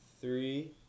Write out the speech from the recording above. Three